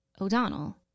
O'Donnell